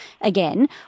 again